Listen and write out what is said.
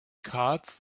cards